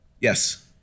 Yes